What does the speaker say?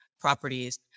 properties